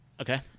Okay